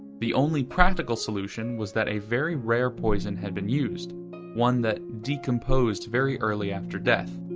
the only practical solution was that a very rare poison had been used one that decomposed very early after death,